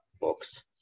books